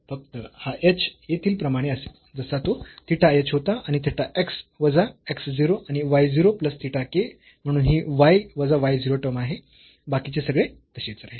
फक्त हा h येथील प्रमाणे असेल जसा तो थिटा h होता तर थिटा x वजा x 0 आणि y 0 प्लस थिटा k म्हणून ही y वजा y 0 टर्म आहे बाकीचे सगळे तसेच राहील